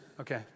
okay